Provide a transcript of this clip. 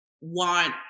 want